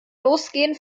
losgehen